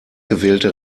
gewählte